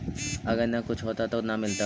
अगर न कुछ होता तो न मिलता?